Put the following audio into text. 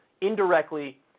indirectly